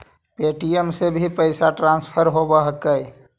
Paytm से भी पैसा ट्रांसफर होवहकै?